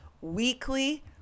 weekly